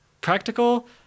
practical